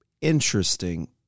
interesting